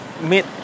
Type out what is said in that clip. meet